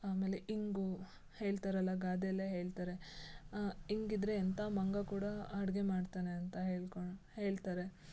ಆಮೇಲೆ ಹಿಂಗು ಹೇಳ್ತಾರಲ್ಲ ಗಾದೆ ಎಲ್ಲ ಹೇಳ್ತಾರೆ ಹಿಂಗಿದ್ದರೆ ಎಂಥ ಮಂಗ ಕೂಡ ಅಡುಗೆ ಮಾಡ್ತಾನೆ ಅಂತ ಹೇಳ್ಕೊಂಡು ಹೇಳ್ತಾರೆ